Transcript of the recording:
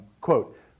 Quote